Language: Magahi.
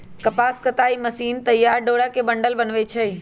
कपास कताई मशीन तइयार डोरा के बंडल बनबै छइ